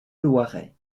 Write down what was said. loiret